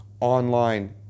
online